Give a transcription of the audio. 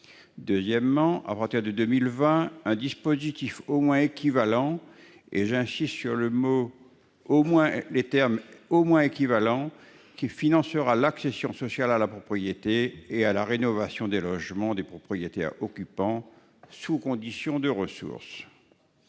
Deuxièmement, elle a précisé qu'un dispositif au moins équivalent- j'insiste sur les termes « au moins équivalent » financera, à partir de 2020, l'accession sociale à la propriété et la rénovation des logements des propriétaires occupants sous condition de ressources.